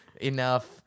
enough